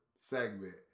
segment